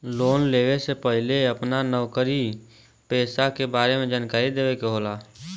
Loan लेवे से पहिले अपना नौकरी पेसा के बारे मे जानकारी देवे के होला?